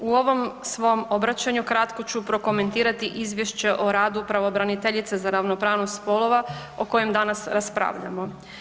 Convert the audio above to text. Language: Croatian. U ovom svom obraćanju kratko ću prokomentirati izvješće o radu pravobraniteljice za ravnopravnost spolova o kojem danas raspravljamo.